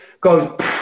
goes